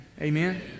Amen